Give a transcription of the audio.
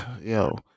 yo